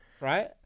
Right